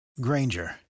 Granger